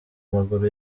maguru